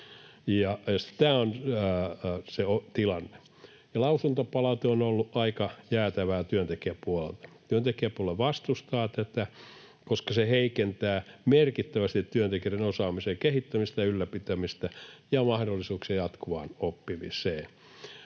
Tämä on se tilanne. Lausuntopalaute on ollut aika jäätävää työntekijäpuolelta. Työntekijäpuoli vastustaa tätä, koska se heikentää merkittävästi työntekijöiden osaamisen kehittämistä ja ylläpitämistä ja mahdollisuuksia jatkuvaan oppimiseen.